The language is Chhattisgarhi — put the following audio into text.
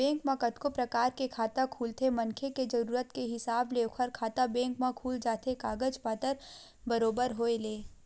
बेंक म कतको परकार के खाता खुलथे मनखे के जरुरत के हिसाब ले ओखर खाता बेंक म खुल जाथे कागज पतर के बरोबर होय ले